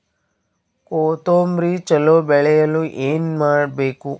ಕೊತೊಂಬ್ರಿ ಚಲೋ ಬೆಳೆಯಲು ಏನ್ ಮಾಡ್ಬೇಕು?